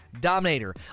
dominator